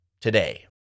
today